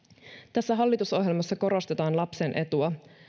tässä hallitusohjelmassa korostetaan lapsen etua